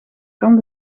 kan